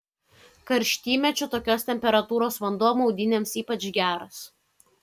karštymečiu tokios temperatūros vanduo maudynėms ypač geras